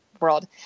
world